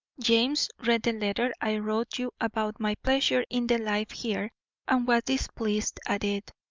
james read the letter i wrote you about my pleasure in the life here and was displeased at it.